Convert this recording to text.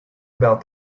about